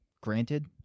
granted